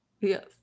Yes